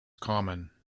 common